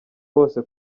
bose